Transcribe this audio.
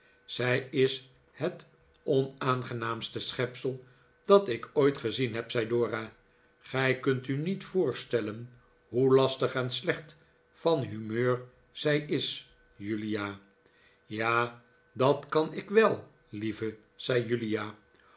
zij is het onaangenaamste schepsel dat ik ooit gezien heb zei dora gij kunt u niet voorstellen hoe lastig en slecht van humeur zij is julia ja dat kan ik wel lieve zei julia